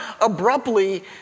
abruptly